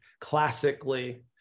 classically